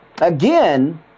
Again